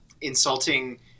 insulting